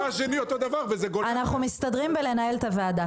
השני אותו דבר ----- אנחנו מסתדרים בלנהל את הוועדה,